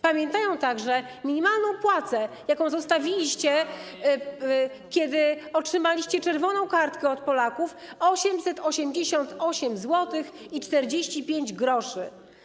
Pamiętają także minimalną płacę, jaką zostawiliście, kiedy otrzymaliście czerwoną kartkę od Polaków - 888,45 zł.